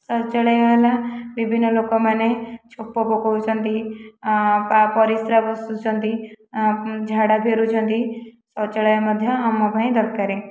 ଶୌଚାଳୟ ହେଲା ବିଭିନ୍ନ ଲୋକମାନେ ଛେପ ପକାଉଛନ୍ତି ବା ପରିସ୍ରା ବସୁଛନ୍ତି ଝାଡ଼ା ଫେରୁଛନ୍ତି ଶୌଚାଳୟ ମଧ୍ୟ ଆମପାଇଁ ଦରକାର